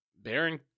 Baron